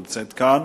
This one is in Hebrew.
נמצאת כאן,